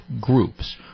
groups